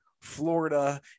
Florida